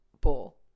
Ball